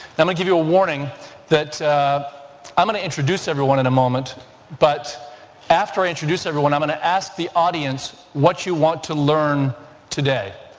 let me give you a warning that i'm going to introduce everyone in a moment but after i introduce everyone i'm going to ask the audience what you want to learn today